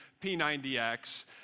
P90X